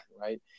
right